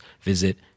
visit